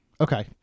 Okay